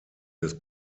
des